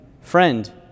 Friend